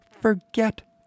forget